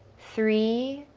three,